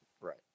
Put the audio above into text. Right